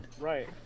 Right